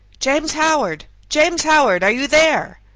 james howard! james howard! are you there?